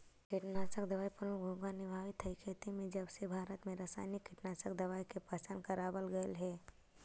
कीटनाशक दवाई प्रमुख भूमिका निभावाईत हई खेती में जबसे भारत में रसायनिक कीटनाशक दवाई के पहचान करावल गयल हे